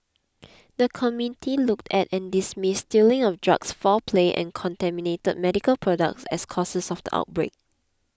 the committee looked at and dismissed stealing of drugs foul play and contaminated medical products as causes of the outbreak